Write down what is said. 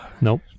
Nope